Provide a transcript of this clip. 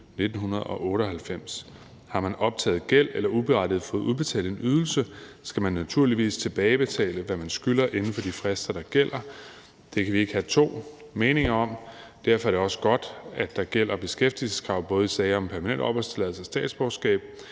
1998. Har man optaget gæld eller uberettiget fået udbetalt en ydelse, skal man naturligvis tilbagebetale, hvad man skylder, inden for de frister, der gælder. Det kan vi ikke have to meninger om. Derfor er det også godt, at der gælder beskæftigelseskrav, både i sager om permanent opholdstilladelse og statsborgerskab.